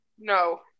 No